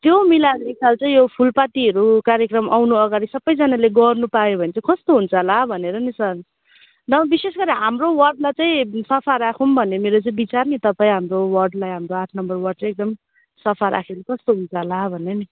त्यो मिलााएर एकताल चाहिँ यो फुलपातीहरू कार्यक्रम आउनु अगाडि सबैजनाले मिलेर गर्नुपायो भने चाहिँ कस्तो हुन्छ होला भनेर नि सर नभए विशेष गरेर हाम्रो वार्डलाई चाहिँ सफा राखौँ भन्ने मेरो चाहिँ विचार नि तपाईँ हाम्रो वार्डलाई हाम्रो आठ नम्बर वार्ड चाहिँ एकदम सफा राख्यो भने कस्तो हुन्छ होला भनेर नि